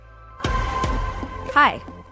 Hi